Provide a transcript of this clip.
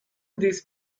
this